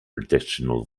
additional